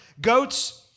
goats